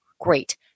Great